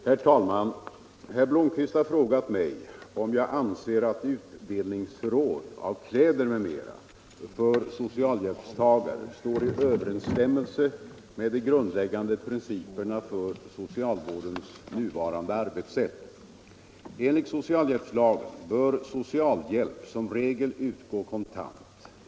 Herr talman! Herr Blomkvist har frågat mig om jag anser att utdelningsförråd av kläder m.m. för socialhjälpstagare står i överensstämmelse med de grundläggande principerna för socialvårdens nuvarande arbetssätt. Enligt socialhjälpslagen bör socialhjälp som regel utgå kontant.